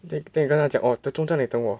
then 你跟他讲 oh 这种在那里等我